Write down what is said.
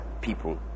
people